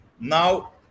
Now